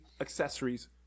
accessories